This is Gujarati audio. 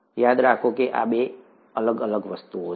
યાદ રાખો કે આ બે અલગ અલગ વસ્તુઓ છે